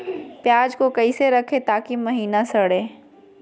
प्याज को कैसे रखे ताकि महिना सड़े?